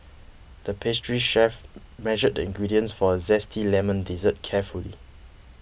the pastry chef measured the ingredients for a Zesty Lemon Dessert carefully